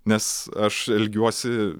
nes aš elgiuosi